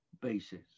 basis